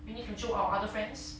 we need to jio our other friends